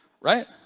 right